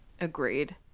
Agreed